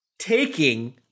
taking